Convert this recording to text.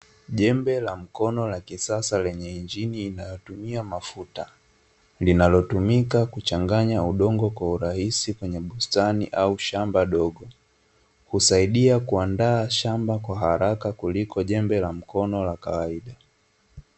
Jembe la mkono la kisasa lenye injini inayotumia mafuta, linalotumika kuchanganya udongo kwa urahisi kwenye bustani au shamba dogo, husaidia kuandaa shamba kwa haraka kuliko jembe la mkono la kawaida.